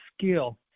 skill